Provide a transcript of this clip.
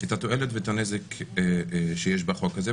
את התועלת ואת הנזק שיש בחוק הזה.